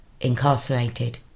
incarcerated